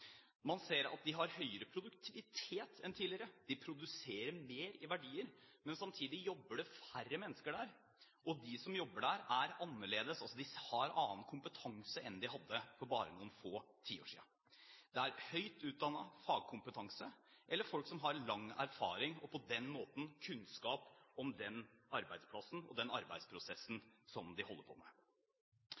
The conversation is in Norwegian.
Man ser at de har høyere produktivitet enn tidligere, de produserer mer i verdier, men samtidig jobber det færre mennesker der. De som jobber der, er annerledes – de har annen kompetanse enn det de hadde for bare noen får tiår siden. Det er høyt utdannede folk med fagkompetanse eller folk som har lang erfaring, og på den måten kunnskap om den arbeidsplassen og den arbeidsprosessen de holder på med.